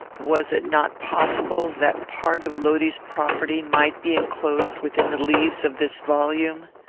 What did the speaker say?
was it not possible that part of lodi's property might be enclosed within the leaves of this volume?